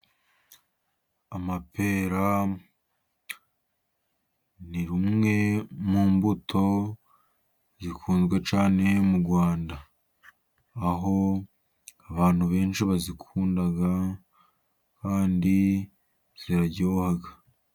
Amapera ni rumwe mu mbuto zikunzwe cyane mu Rwanda. Aho abantu benshi bazikunda, kandi ziraryoha.